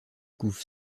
couve